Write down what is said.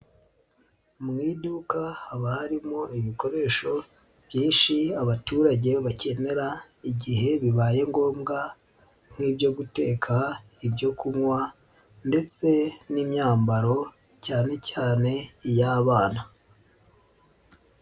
Mu iduka haba harimo ibikoresho byinshi abaturage bakenera igihe bibaye ngombwa nk'ibyo guteka, ibyo kunywa ndetse n'imyambaro cyane cyane iy'abana.